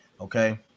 Okay